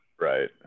right